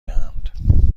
دهند